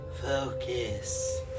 Focus